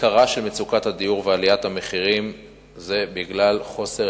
עיקרה של מצוקת הדיור ועליית המחירים זה בגלל חוסר